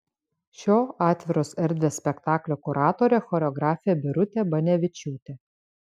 šio atviros erdvės spektaklio kuratorė choreografė birutė banevičiūtė